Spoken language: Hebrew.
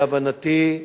להבנתי,